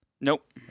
Nope